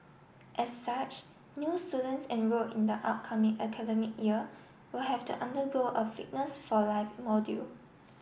as such new students enrolled in the upcoming academic year will have to undergo a fitness for life module